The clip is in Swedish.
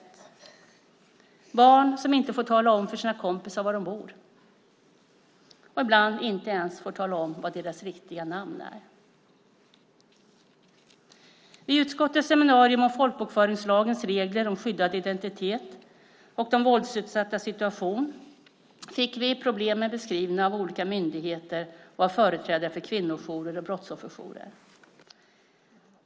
Det är barn som inte får tala om för sina kompisar var de bor och ibland inte ens får tala om vad deras riktiga namn är. Vid utskottets seminarium om folkbokföringslagens regler om skyddad identitet och de våldsutsattas situation fick vi problemen beskrivna av olika myndigheter och av företrädare för kvinnojourer och brottsofferjourer.